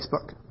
Facebook